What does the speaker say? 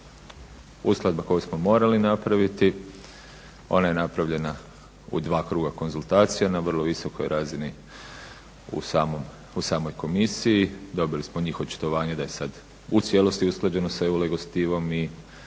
Uskladba koju smo morali napraviti. Ona je napravljena u dva kruga konzultacija na vrlo visokoj razini u samoj Komisiji. Dobili smo njihovo očitovanje da je sad u cijelosti usklađeno sa EU legislativom i predlažem